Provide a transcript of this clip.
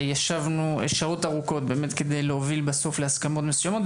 ישבנו שעות ארוכות באמת כדי להוביל בסוף להסכמות מסוימות,